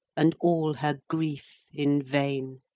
and all her grief in vain.